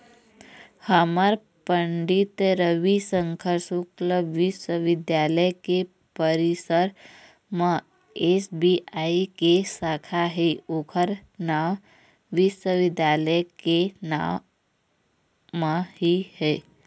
हमर पंडित रविशंकर शुक्ल बिस्वबिद्यालय के परिसर म एस.बी.आई के साखा हे ओखर नांव विश्वविद्यालय के नांव म ही है